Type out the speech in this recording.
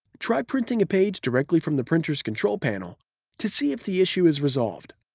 try printing a page directly from the printer's control panel to see if the issue is resolved.